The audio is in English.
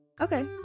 Okay